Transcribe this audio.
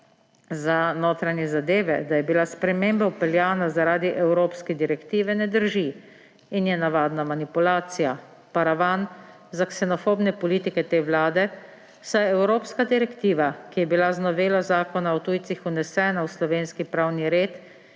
za notranje zadeve, da je bila sprememba vpeljana zaradi evropske direktive, ne drži in je navadna manipulacija, paravan za ksenofobne politike te vlade, saj evropska direktiva, ki je bila z novelo Zakona o tujcih vnesena v slovenski pravni red,